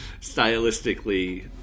Stylistically